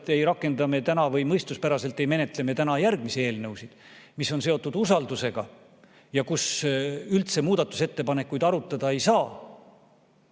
on igati õige. Aga mõistuspäraselt ei menetle me täna järgmisi eelnõusid, mis on seotud usaldusega ja kus üldse muudatusettepanekuid arutada ei saa.